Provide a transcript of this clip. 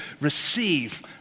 Receive